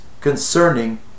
concerning